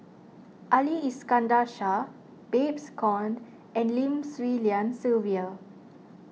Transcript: Ali Iskandar Shah Babes Conde and Lim Swee Lian Sylvia